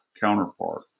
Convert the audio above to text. counterpart